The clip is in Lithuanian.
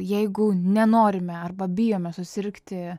jeigu nenorime arba bijome susirgti